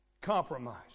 compromise